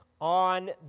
on